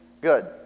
good